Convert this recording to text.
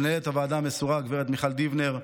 למנהלת הוועדה המסורה גב' מיכל דיבנר,